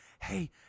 hey